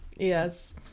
Yes